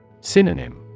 Synonym